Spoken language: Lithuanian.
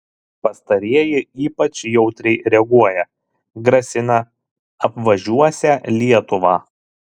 pastarieji ypač jautriai reaguoja grasina apvažiuosią lietuvą